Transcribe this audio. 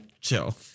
chill